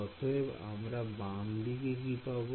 অতএব আমার বামদিকে কি পাবো